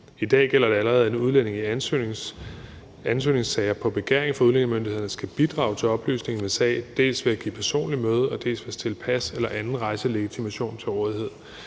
I dag gælder det allerede, at udlændinge i ansøgningssager på begæring fra udlændingemyndighederne skal bidrage til oplysning af en sag, dels ved at give personligt møde, dels ved at stille pas eller anden rejselegitimation til rådighed.